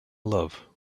love